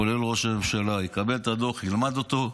כולל ראש הממשלה, יקבלו את הדוח, ילמדו אותו.